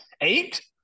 Eight